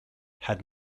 had